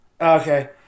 okay